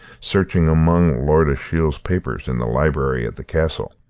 searching among lord ashiel's papers in the library at the castle.